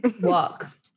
Walk